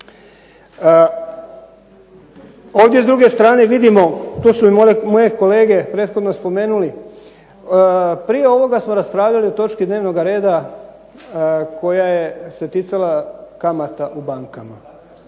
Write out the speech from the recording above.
Ovdje s druge strane vidimo, to su i moji kolege prethodno spomenuli, prije ovoga smo raspravljali o točki dnevnoga reda koja je se ticala kamata u bankama.